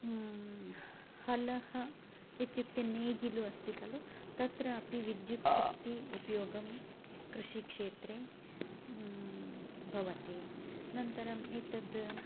हलः इत्युक्ते नेगीलु अस्ति खलु तत्र अपि विद्युच्छक्ति उपयोगं कृषिक्षेत्रे भवति अनन्तरम् एतद्